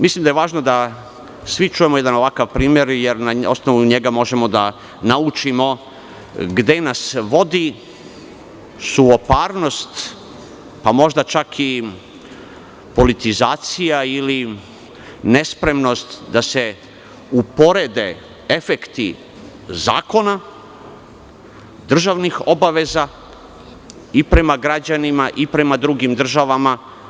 Mislim da je važno da svi čujemo jedan ovakav primer, jer na osnovu njega možemo da naučimo gde nas vodi suvoparnost, pa možda čak i politizacija ili nespremnost da se uporede efekti zakona, državnih obaveza i prema građanima i prema drugim državama.